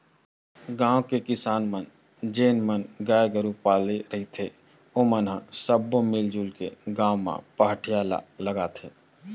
गाँव के किसान मन जेन मन गाय गरु पाले रहिथे ओमन ह सब मिलजुल के गाँव म पहाटिया ल लगाथे